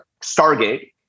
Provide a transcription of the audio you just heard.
Stargate